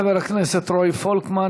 תודה לחבר הכנסת רועי פולקמן.